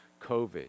COVID